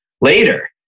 later